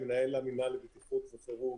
מנהל המינהל לבטיחות וחירום